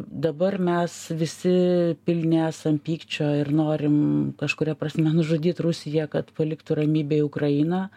dabar mes visi pilni esam pykčio ir norim kažkuria prasme nužudyt rusiją kad paliktų ramybėj ukrainą